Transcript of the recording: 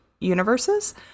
universes